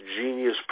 genius